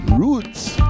Roots